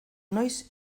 noiz